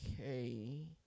okay